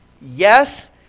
yes